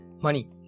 money